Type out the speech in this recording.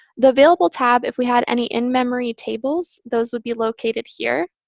the available tab if we had any in-memory tables, those would be located here.